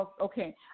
Okay